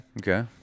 Okay